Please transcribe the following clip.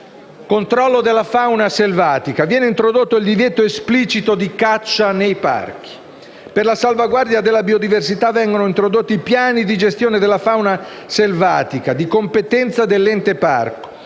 controllo della fauna selvatica, viene introdotto il divieto esplicito di caccia nei parchi. Per la salvaguardia della biodiversità vengono introdotti piani di gestione della fauna selvatica di competenza dell’ente parco